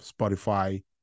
spotify